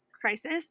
crisis